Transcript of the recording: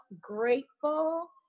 grateful